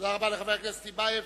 תודה רבה לחבר הכנסת טיבייב.